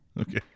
Okay